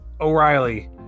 O'Reilly